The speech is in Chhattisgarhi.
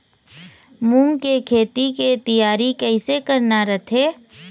मूंग के खेती के तियारी कइसे करना रथे?